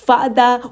Father